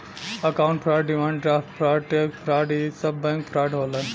account fraud demand draft fraud cheque fraud इ सब bank fraud होलन